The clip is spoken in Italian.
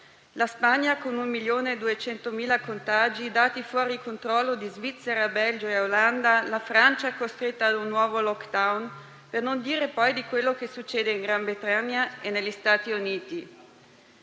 ha un milione e 200.000 contagi, i dati fuori controllo di Svizzera, Belgio e Olanda; la Francia costretta a un nuovo *lockdown*, per non dire poi di quello che succede nel Regno Unito e negli Stati Uniti.